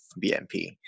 BMP